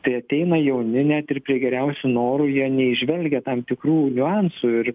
kai ateina jauni net ir prie geriausių norų jie neįžvelgia tam tikrų niuansų ir